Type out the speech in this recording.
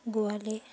গোয়ালে